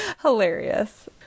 Hilarious